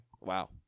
Wow